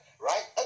right